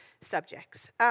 subjects